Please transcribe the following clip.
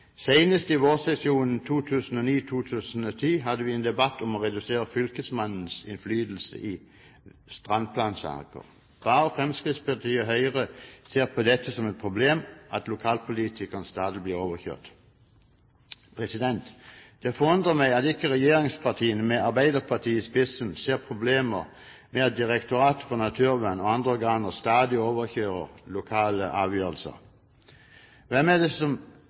i vårsesjonen 2009–2010 hadde vi en debatt om å redusere fylkesmannens innflytelse i strandplansaker. Bare Fremskrittspartiet og Høyre ser på det som et problem at lokalpolitikerne stadig blir overkjørt. Det forundrer meg at ikke regjeringspartiene, med Arbeiderpartiet i spissen, ser problemer med at Direktoratet for naturforvaltning og andre organer stadig overkjører lokale avgjørelser. Hvem er det som